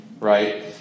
right